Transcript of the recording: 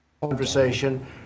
Conversation